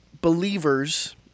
believers